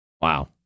Wow